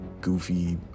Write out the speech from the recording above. goofy